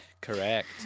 correct